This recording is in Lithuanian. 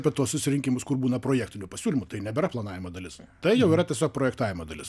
apie tuos susirinkimus kur būna projektinių pasiūlymų tai nebėra planavimo dalis tai jau yra tiesiog projektavimo dalis